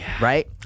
right